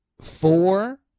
Four